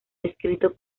escrito